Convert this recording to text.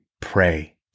Pray